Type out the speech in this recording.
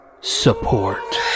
support